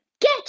Get